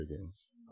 games